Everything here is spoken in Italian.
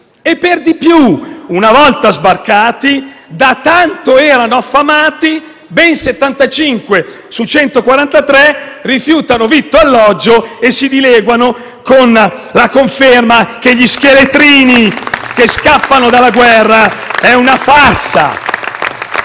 Per di più, una volta sbarcati, da tanto che erano affamati, ben 75 su 143 rifiutano vitto e alloggio e si dileguano, con la conferma che quella degli scheletrini che scappano dalla guerra è una farsa.